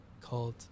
called